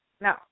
No